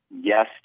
yes